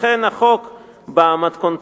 לכן החוק במתכונתו,